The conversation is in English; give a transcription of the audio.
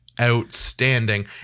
outstanding